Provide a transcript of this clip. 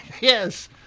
Yes